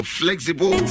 flexible